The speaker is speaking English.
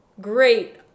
great